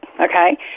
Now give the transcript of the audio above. okay